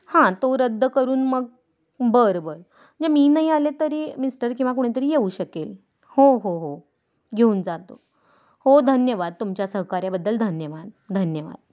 हां तो रद्द करून मग बरं बर नाही मी नाही आले तरी मिस्टर किंवा कोणीतरी येऊ शकेल हो हो हो घेऊन जातो हो धन्यवाद तुमच्या सहकार्याबद्दल धन्यवाद धन्यवाद